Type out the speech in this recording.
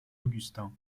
augustin